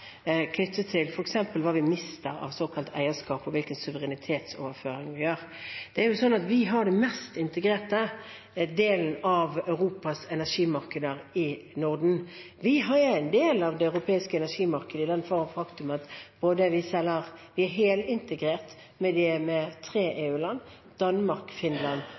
knyttet til hva vi mister av såkalt eierskap, og hvilken suverenitetsoverføring vi foretar. Det er slik at vi har den mest integrerte delen av Europas energimarkeder i Norden. Vi er en del av det europeiske energimarkedet, i den forstand at vi er helintegrert med tre EU-land, Danmark, Finland og Sverige. I tillegg er det allerede stor utveksling til de baltiske landene, med